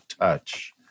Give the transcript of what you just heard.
touch